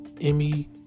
Emmy